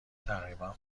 تقریبا